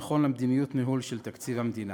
כנראה לא נכון למדיניות הניהול של תקציב המדינה.